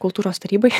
kultūros tarybai